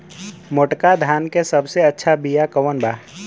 मोटका धान के सबसे अच्छा बिया कवन बा?